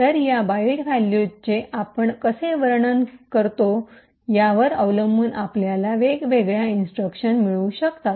तर या बाइट व्हॅल्यूजचे आम्ही कसे वर्णन करतो यावर अवलंबून आपल्याला वेगवेगळ्या इंस्ट्रक्शन मिळू शकतात